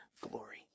glory